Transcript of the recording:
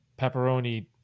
pepperoni